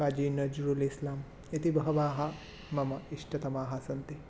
काजि नज्रोल् इस्लाम् इति बहवः मम इष्टतमाः सन्ति